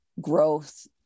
growth